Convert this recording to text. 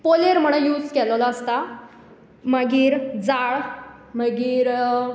पोलेर म्हणून यूज केल्लो आसता मागीर जाळ मागीर